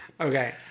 Okay